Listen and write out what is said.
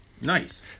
Nice